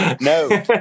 No